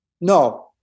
No